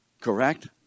Correct